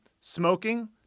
smoking